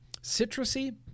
citrusy